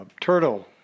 turtle